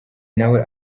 nawe